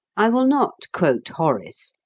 i will not quote horace,